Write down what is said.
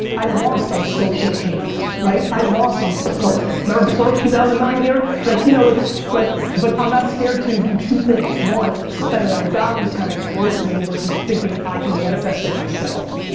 i lost on socialcam, right? i lost on plurk. remember plurk, two thousand and nine here? like you know like like but i'm not scared to do two things one, spend it on godly time, listening versus thinking i can manifest it myself,